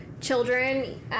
children